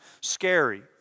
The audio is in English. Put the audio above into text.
scary